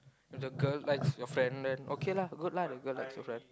if the girl likes your friend then okay lah good lah the girl likes your friend